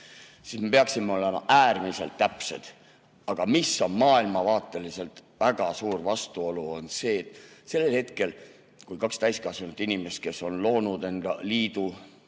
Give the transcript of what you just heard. siis me peaksime olema äärmiselt täpsed. Aga mis on maailmavaateliselt väga suur vastuolu, on see, et sellel hetkel, kui kaks täiskasvanud inimest, kes on loonud enda liidu